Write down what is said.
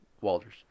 Walder's